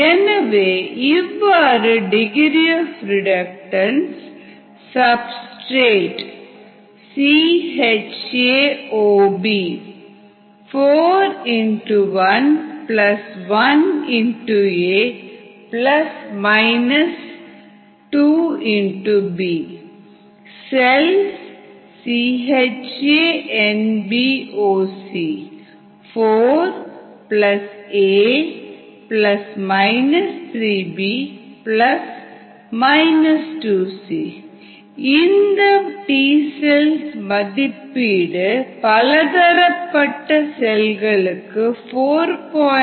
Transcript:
எனவே இவ்வாறு degree of reductance Substrate 4 x 1 x Cells 4 a இந்த cells மதிப்பீடு பலதரப்பட்ட செல்களுக்கு 4